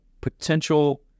potential